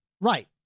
Right